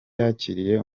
yakiriye